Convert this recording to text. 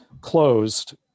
closed